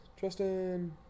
Justin